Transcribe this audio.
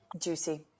juicy